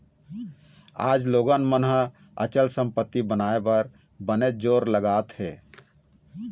आज लोगन मन ह अचल संपत्ति बनाए बर बनेच जोर लगात हें